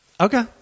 Okay